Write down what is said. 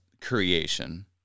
creation